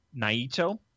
Naito